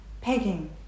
pegging